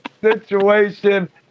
situation